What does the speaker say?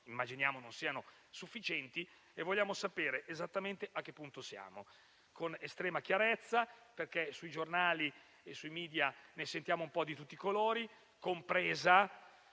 Immaginiamo però non siano sufficienti. Vogliamo sapere esattamente a che punto siamo, con estrema chiarezza perché sui giornali e sui *media* ne sentiamo un po' di tutti i colori, compresa